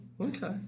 Okay